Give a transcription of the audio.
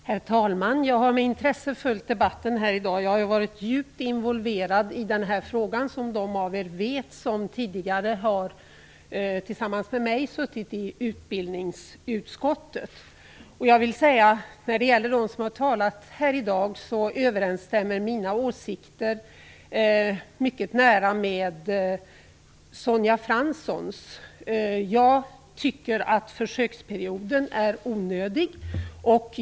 Herr talman! Jag har med intresse följt debatten i dag. Jag har varit djupt involverad i den här frågan, vilket de som tidigare tillsammans med mig har suttit i utbildningsutskottet vet. Mina åsikter överensstämmer till stor del med Sonja Franssons. Jag tycker att försöksperioden är onödig.